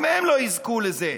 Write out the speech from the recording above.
גם הם לא יזכו לזה.